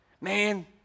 Man